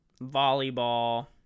volleyball